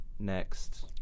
Next